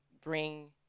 bring